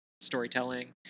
storytelling